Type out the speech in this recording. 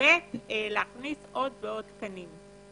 ולהכניס עוד ועוד תקנים.